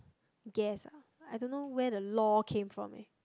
guess I don't know where the lor came from eh